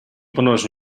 ponoć